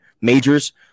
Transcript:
Majors